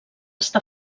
està